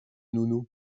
nounou